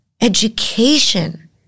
education